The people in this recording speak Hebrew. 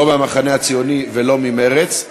לא מהמחנה הציוני ולא ממרצ.